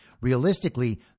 Realistically